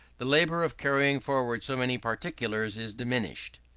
the labour of carrying forward so many particulars is diminished,